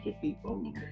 people